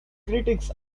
critics